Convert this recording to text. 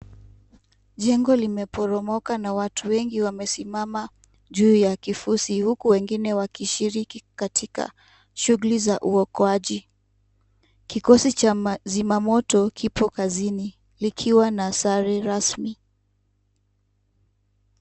Jengo limeporomoka na watu wengi wamesimama juu ya kifusi huku wengine wakishiriki katika shughuli za uokoaji, kikosi cha mazima moto kipo kazini likiwa na sare rasmi.